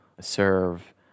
serve